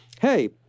Hey